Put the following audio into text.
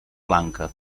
blanca